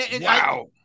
Wow